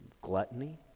Gluttony